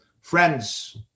Friends